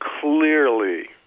clearly